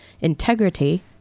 integrity